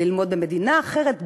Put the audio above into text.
ללמוד במדינה אחרת,